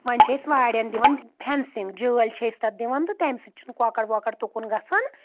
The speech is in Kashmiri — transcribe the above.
وۄنۍ چھِ أسۍ واریہن دِوان فینسِنٛگ جٲلۍ چھِ أسۍ تَتھ دِوان تہٕ تَمہِ سۭتۍ چھِنہٕ کۄکر وۄکر تُکُن گژھان